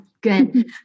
good